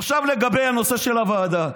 עכשיו לגבי הנושא של הוועדה.